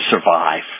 survive